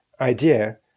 idea